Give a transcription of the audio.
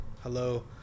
hello